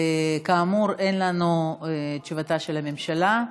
כאמור, אין לנו תשובתה של הממשלה.